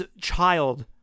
child